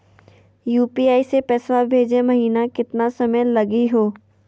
UPI स पैसवा भेजै महिना केतना समय लगही हो?